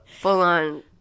full-on